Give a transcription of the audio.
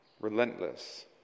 Relentless